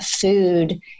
food